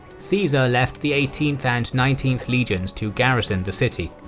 caesar left the eighteenth and nineteenth legions to garrison the city,